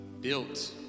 built